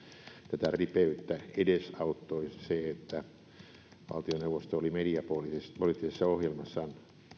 tätä ripeyttä edesauttoi se että valtioneuvosto oli mediapoliittisessa ohjelmassaan